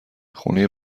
خونه